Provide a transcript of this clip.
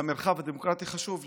המרחב הדמוקרטי חשוב לי.